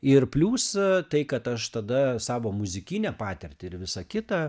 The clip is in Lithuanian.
ir plius tai kad aš tada savo muzikinę patirtį ir visa kita